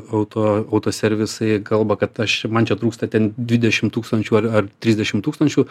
auto autoservisai kalba kad aš man čia trūksta ten dvidešim tūkstančių ar ar trisdešim tūkstančių